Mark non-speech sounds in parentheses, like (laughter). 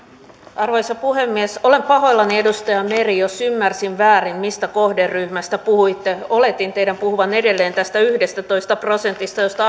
arvoisa puhemies olen pahoillani edustaja meri jos ymmärsin väärin mistä kohderyhmästä puhuitte oletin teidän puhuvan edelleen tästä yhdestätoista prosentista josta (unintelligible)